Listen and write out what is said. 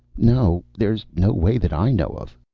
no. there's no way that i know of.